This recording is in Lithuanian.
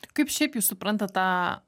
kaip šiaip jūs suprantat tą